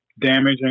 damage